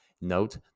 note